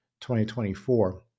2024